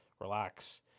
relax